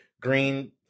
green